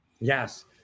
Yes